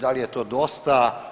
Da li je to dosta?